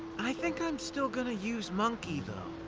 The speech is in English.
i think i'm still gonna use monkey though.